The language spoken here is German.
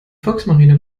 volksmarine